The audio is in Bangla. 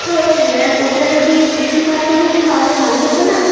তো ম্যাম ওটা যদি সিক্সটি পার্সেন্ট হতো থাহলে ভালো হতো না